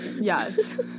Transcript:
Yes